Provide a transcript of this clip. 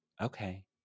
Okay